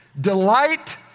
Delight